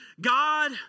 God